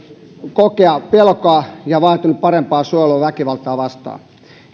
kokea pelkoa ja vaatinut parempaa suojelua väkivaltaa vastaan